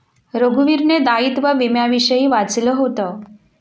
रघुवीरने दायित्व विम्याविषयी वाचलं होतं